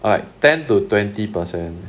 like ten to twenty percent